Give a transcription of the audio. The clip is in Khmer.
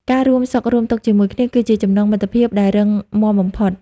ការរួមសុខរួមទុក្ខជាមួយគ្នា គឺជាចំណងមិត្តភាពដែលរឹងមាំបំផុត។